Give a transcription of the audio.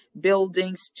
buildings